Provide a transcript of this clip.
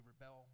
rebel